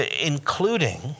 including